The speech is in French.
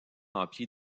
remplie